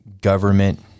government